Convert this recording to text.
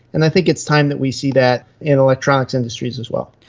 and i think it's time that we see that in electronics industries as well.